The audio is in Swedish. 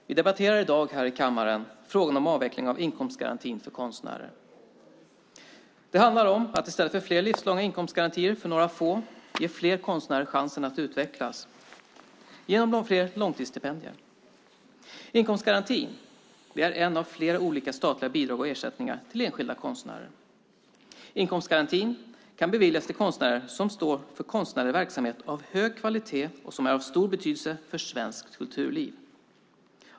Herr talman! Vi debatterar i dag här i kammaren frågan om avveckling av inkomstgarantin för konstnärer. Det handlar om att i stället för fler livslånga inkomstgarantier för några få ge fler konstnärer chansen att utvecklas genom fler långtidsstipendier. Inkomstgarantin är en av flera olika statliga bidrag och ersättningar till enskilda konstnärer. Inkomstgarantin kan beviljas till konstnärer som står för konstnärlig verksamhet av hög kvalitet och som är av stor betydelse för svenskt kulturliv.